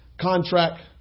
Contract